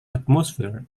atmosphere